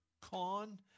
con